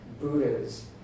Buddhas